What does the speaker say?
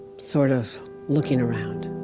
sort of looking around.